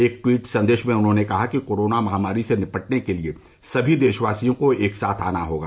एक ट्वीट संदेश में उन्होंने कहा कि कोरोना महामारी से निपटने के लिए सभी देशवासियों को एक साथ आना होगा